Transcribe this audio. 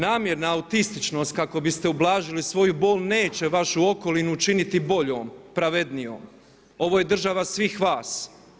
Namjerna autističnost kako biste ublažili svoju bol neće vašu okolinu učiniti boljom, pravednijom, ovo je država svih vas.